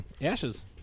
Ashes